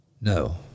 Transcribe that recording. No